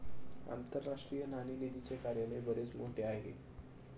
आंतरराष्ट्रीय नाणेनिधीचे कार्यालय बरेच मोठे आहे